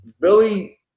Billy